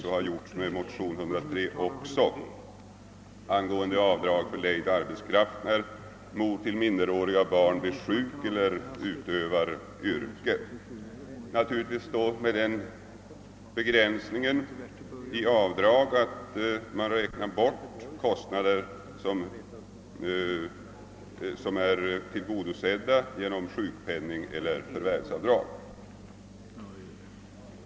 Så har skett även med motionen II:103 angående avdrag för lejd arbetskraft när mor till minderåriga barn blir sjuk eller utövar yrke. Det är ju naturligt att man när det gäller avdragen räknar bort kostnader som är tillgodosedda genom sjukpenning eller förvärvsavdrag.